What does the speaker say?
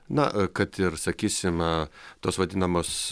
na kad ir sakysim tos vadinamos